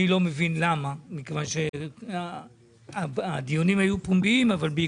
אני לא מבין למה מכיוון שהדיונים היו פומביים אבל היה